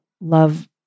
love